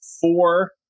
Four